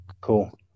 Cool